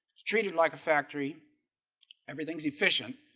it's treated like a factory everything's efficient.